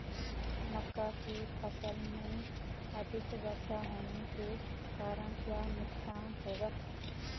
मक्का की फसल में अधिक वर्षा होने के कारण क्या नुकसान होगा?